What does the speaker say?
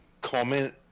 comment